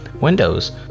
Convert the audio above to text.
windows